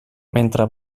mentre